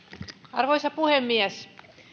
arvoisa puhemies